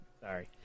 Sorry